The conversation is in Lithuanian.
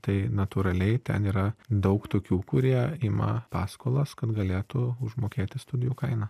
tai natūraliai ten yra daug tokių kurie ima paskolas kad galėtų užmokėti studijų kainą